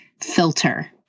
filter